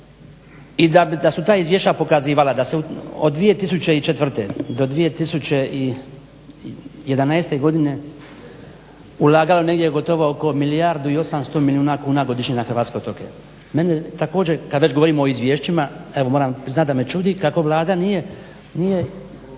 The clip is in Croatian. i da su ta izvješća pokazivala da se od 2004. do 2011. godine ulagalo negdje gotovo oko milijardu i 800 milijuna kuna godišnje na hrvatske otoke. Mene također, kad već govorimo o izvješćima, evo moram priznati da me čudi kako Vlada nije